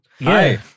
Hi